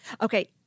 okay